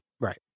right